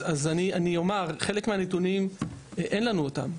אז אני אומר, חלק מהנתונים, אין לנו אותם.